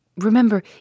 Remember